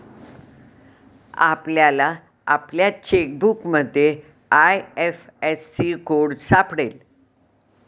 आपल्याला आपल्या चेकबुकमध्ये आय.एफ.एस.सी कोड सापडेल